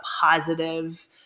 positive